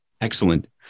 Excellent